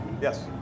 Yes